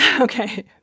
Okay